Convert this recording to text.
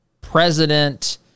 president